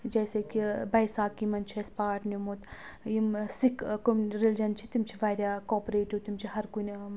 جَیسے کہِ بَیساکِھی منٛز چھِ اَسہِ پاٹ نِیومُت یِم سِکِھ رِلِجَن چھِ تِم چھِ واریاہ کاپرَیٚٹِو تِم چھِ ہر کُنہِ مطلب